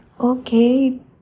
Okay